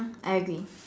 I agree